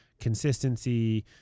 consistency